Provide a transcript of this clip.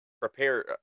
prepare